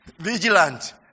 vigilant